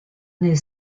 nel